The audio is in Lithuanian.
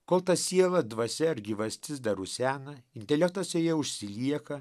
kol ta siela dvasia ar gyvastis dar rusena intelektas joje užsilieka